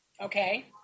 Okay